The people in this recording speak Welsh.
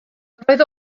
roedd